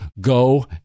go